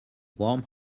warm